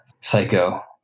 psycho